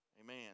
amen